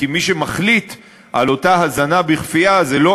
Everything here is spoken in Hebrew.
כי מי שמחליט על אותה הזנה בכפייה זה לא